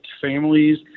families